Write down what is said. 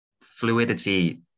fluidity